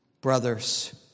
brothers